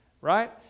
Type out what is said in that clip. Right